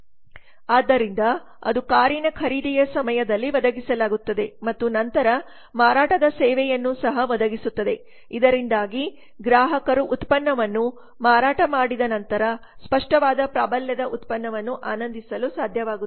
ಆದ್ದರಿಂದ ಅದು ಕಾರಿನ ಖರೀದಿಯ ಸಮಯದಲ್ಲಿ ಒದಗಿಸಲಾಗುತ್ತದೆ ಮತ್ತು ನಂತರ ಮಾರಾಟದ ಸೇವೆಯನ್ನು ಸಹ ಒದಗಿಸುತ್ತದೆ ಇದರಿಂದಾಗಿ ಗ್ರಾಹಕರು ಉತ್ಪನ್ನವನ್ನು ಮಾರಾಟ ಮಾಡಿದ ನಂತರ ಸ್ಪಷ್ಟವಾದ ಪ್ರಾಬಲ್ಯದ ಉತ್ಪನ್ನವನ್ನು ಆನಂದಿಸಲು ಸಾಧ್ಯವಾಗುತ್ತದೆ